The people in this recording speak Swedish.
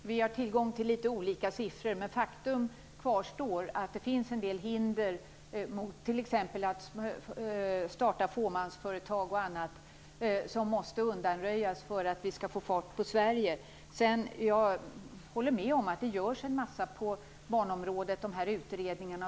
Fru talman! Vi har tillgång till litet olika siffror. Faktum kvarstår ändå, att det finns en del hinder t.ex. mot att starta fåmansföretag som måste undanröjas för att vi skall få fart på Sverige. Jag håller med om att det görs en massa på barnområdet, t.ex. de här utredningarna.